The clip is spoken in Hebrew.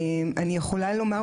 אני יכולה לומר,